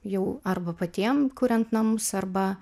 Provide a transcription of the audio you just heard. jau arba patiem kuriant namus arba